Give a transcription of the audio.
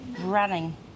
running